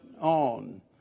on